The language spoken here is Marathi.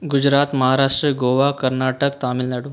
गुजरात महाराष्ट्र गोवा कर्नाटक तामिळनाडू